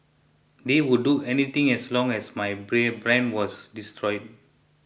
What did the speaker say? they would do anything as long as my brand was destroyed